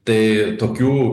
tai tokių